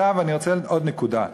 עכשיו אני רוצה עוד נקודה.